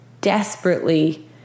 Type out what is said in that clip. desperately